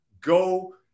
Go